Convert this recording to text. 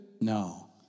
No